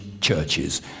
churches